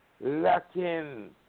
lacking